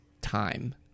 time